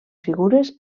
figures